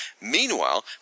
Meanwhile